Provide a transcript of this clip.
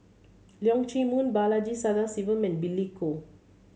Leong Chee Mun Balaji Sadasivan and Billy Koh